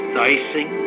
dicing